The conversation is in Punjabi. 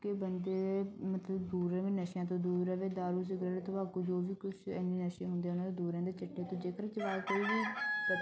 ਕਿ ਬੰਦੇ ਮਤਲਬ ਦੂਰ ਰਹੇ ਨਸ਼ਿਆਂ ਤੋਂ ਦੂਰ ਰਹੇ ਦਾਰੂ ਸਿਗਰਟ ਤੰਬਾਕੂ ਜੋ ਵੀ ਕੁਛ ਇੰਨੇ ਨਸ਼ੇ ਹੁੰਦੇ ਹਨ ਉਹਨਾਂ ਤੋਂ ਦੂਰ ਰਹਿੰਦੇ ਚਿੱਟੇ ਤੋਂ ਜੇਕਰ ਜਵਾਕ ਕੋਈ ਵੀ ਵਿਅਕ